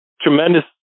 tremendous